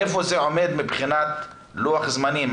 איפה זה עומד מבחינת לוח זמנים?